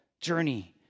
journey